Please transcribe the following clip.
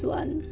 one